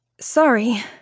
Sorry